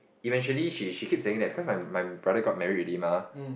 eventually she she keep saying cause my my brother got married already mah